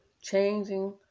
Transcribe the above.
changing